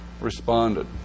responded